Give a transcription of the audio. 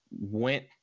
went